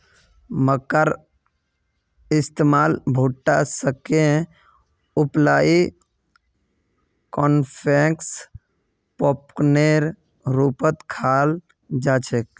मक्कार इस्तमाल भुट्टा सेंके उबलई कॉर्नफलेक्स पॉपकार्नेर रूपत खाल जा छेक